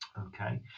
okay